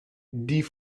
die